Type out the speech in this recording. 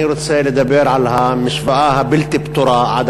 אני רוצה לדבר על המשוואה הבלתי פתורה עד